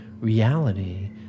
reality